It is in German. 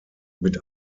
mit